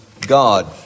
God